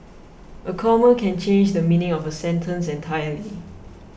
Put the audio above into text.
a comma can change the meaning of a sentence entirely